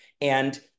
And-